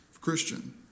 Christian